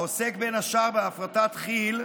העוסק בין השאר בהפרטת כי"ל,